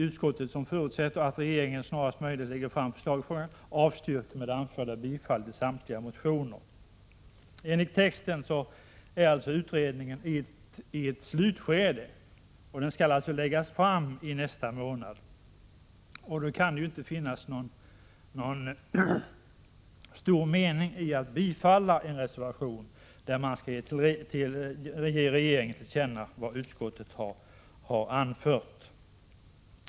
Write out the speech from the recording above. Utskottet, som förutsätter att regeringen snarast möjligt lägger fram förslag i frågan, avstyrker med det anförda bifall till samtliga motioner.” Enligt texten är utredningen i slutskedet, och betänkandet skall läggas fram i nästa månad. Då kan det ju inte finnas någon stor mening i att bifalla en reservation som går ut på att riksdagen skall ge regeringen till känna vad utskottet har anfört.